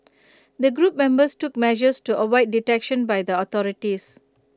the group members took measures to avoid detection by the authorities